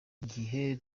gihe